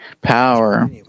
power